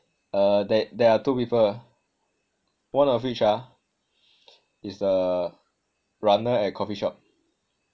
uh the~ there are two people one of which ah is a runner at coffee shop